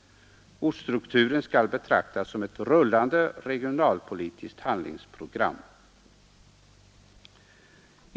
Ortsstrukturen skall betraktas som ett rullande regionalpolitiskt handlingsprogram.